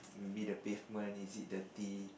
maybe the pavement is it dirty